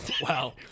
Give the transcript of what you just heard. wow